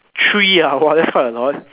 three ah !wah! that's quite a lot